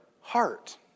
heart